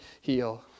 heal